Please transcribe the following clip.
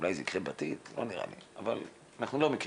אולי זה יקרה בעתיד, אבל אנחנו לא מכירים.